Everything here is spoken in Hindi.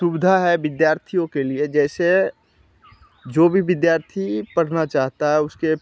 सुविधा है विद्यार्थियों के लिए जैसे जो भी विद्यार्थी पढ़ना चाहता है उसके